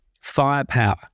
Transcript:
firepower